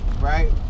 right